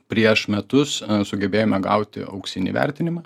prieš metus sugebėjome gauti auksinį įvertinimą